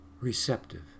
receptive